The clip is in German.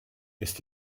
ist